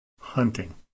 hunting